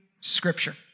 Scripture